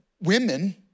women